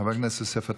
חבר הכנסת יוסף עטאונה?